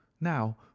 Now